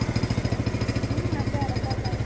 আছে তহঁতৰ আছে